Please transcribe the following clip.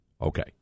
Okay